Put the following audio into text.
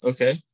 Okay